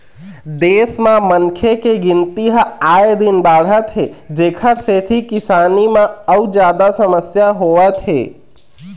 देश म मनखे के गिनती ह आए दिन बाढ़त हे जेखर सेती किसानी म अउ जादा समस्या होवत हे